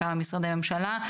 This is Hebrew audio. כמה משרדי הממשלה.